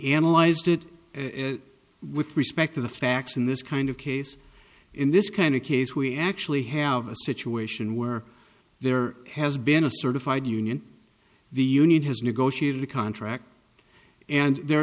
analyzed it as with respect to the facts in this kind of case in this kind of case we actually have a situation where there has been a certified union the union has negotiated a contract and there